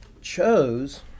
chose